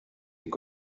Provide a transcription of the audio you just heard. fait